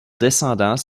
descendants